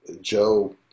Joe